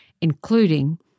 including